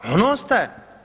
On ostaje.